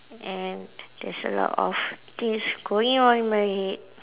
and there's a lot of things going on in my head